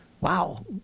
Wow